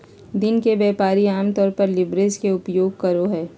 दिन के व्यापारी आमतौर पर लीवरेज के उपयोग करो हइ